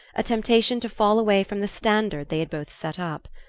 a temptation to fall away from the standard they had both set up.